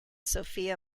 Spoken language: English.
sophia